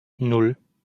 nan